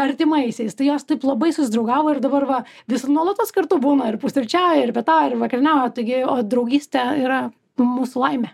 artimaisiais tai jos taip labai susidraugavo ir dabar va vis nuolatos kartu būna ir pusryčiauja ir pietauja ir vakarieniauja taigi o draugystė yra mūsų laimė